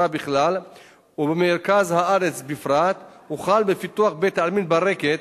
בכלל ובמרכז הארץ בפרט הוחל בפיתוח בית-העלמין ברקת,